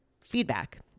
feedback